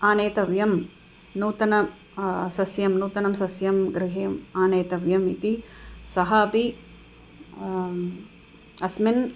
आनेतव्यं नूतनं सस्यं नूतनं सस्यं गृहे आनेतव्यम् इति सः अपि अस्मिन्